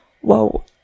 whoa